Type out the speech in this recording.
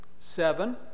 Seven